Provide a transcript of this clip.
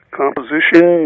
composition